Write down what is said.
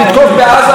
נתקוף בעזה,